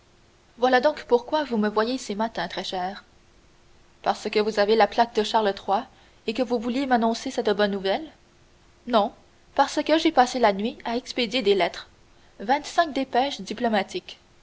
voilà donc pourquoi vous me voyez si matin très cher parce que vous avez la plaque de charles iii et que vous vouliez m'annoncer cette bonne nouvelle non parce que j'ai passé la nuit à expédier des lettres vingt-cinq dépêches diplomatiques